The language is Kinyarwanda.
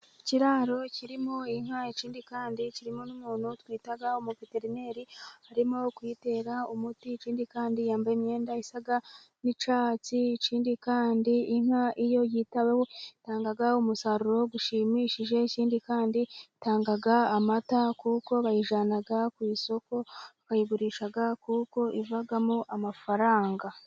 Ikiraro kirimo inka ikindi kirimo n'umuntu twita umuveterineri arimo kuyitera umuti, ikindi kandi yambaye imyenda isa n'icyatsi, ikindi kandi inka iyo yitaweho itanga umusaruro ushimishije, ikindi kandi itanga amata kuko bayijyana ku isoko bakayigurisha kuko ivagamo amafaranga.